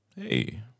Hey